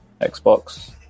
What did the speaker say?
Xbox